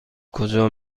کجا